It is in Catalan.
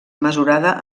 mesurada